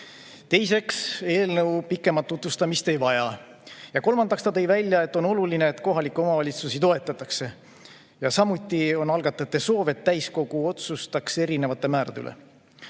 Teiseks, eelnõu pikemat tutvustamist ei vaja. Ja kolmandaks tõi ta välja, et on oluline, et kohalikke omavalitsusi toetatakse. Samuti on algatajate soov, et täiskogu otsustaks erinevate määrade üle.